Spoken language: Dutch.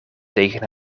tegen